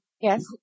Yes